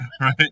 Right